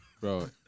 Bro